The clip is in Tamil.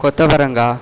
கொத்தவரங்காய்